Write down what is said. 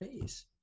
face